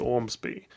Ormsby